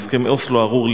בהסכם אוסלו הארור,